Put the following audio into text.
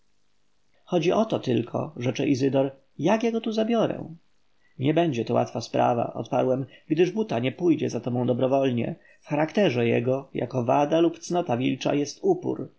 chodzi o to tylko rzecze izydor jak ja go tu zabiorę nie będzie to łatwa sprawa odparłem gdyż buta nie pójdzie za tobą dobrowolnie w charakterze jego jako wada lub cnota wilcza jest upór